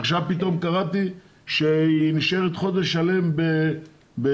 עכשיו פתאום קראתי שהיא נשארת חודש שלם בשטרות